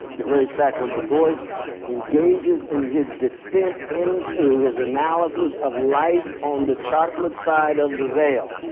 the very fact when du bois engages in his descent into his analysis of live on the chocolate side of the veil,